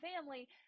family